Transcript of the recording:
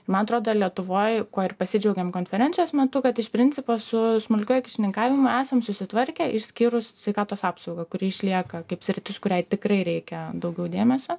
man atrodo lietuvoj kuo ir pasidžiaugėm konferencijos metu kad iš principo su smulkiuoju kyšininkavimu esam susitvarkę išskyrus sveikatos apsaugą kuri išlieka kaip sritis kuriai tikrai reikia daugiau dėmesio